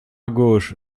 gauche